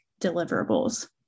deliverables